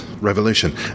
Revolution